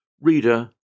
Reader